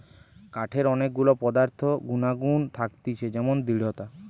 কাঠের অনেক গুলা পদার্থ গুনাগুন থাকতিছে যেমন দৃঢ়তা